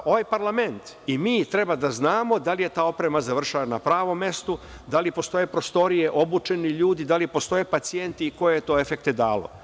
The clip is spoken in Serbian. Ovaj parlament i mi treba da znamo da li je ta oprema završila na pravom mestu, da li postoje prostorije, obučeni ljudi, da li postoje pacijenti i koje je to efekte dalo.